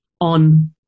on